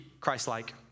Christ-like